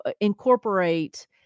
incorporate